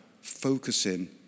focusing